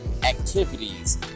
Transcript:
activities